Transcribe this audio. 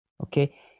Okay